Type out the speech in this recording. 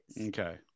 okay